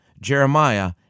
Jeremiah